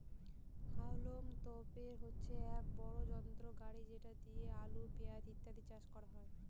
হাউলম তোপের হচ্ছে এক বড় যন্ত্র গাড়ি যেটা দিয়ে আলু, পেঁয়াজ ইত্যাদি চাষ করা হয়